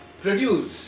produce